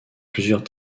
plusieurs